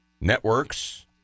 networks